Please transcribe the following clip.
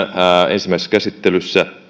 ensimmäisessä käsittelyssä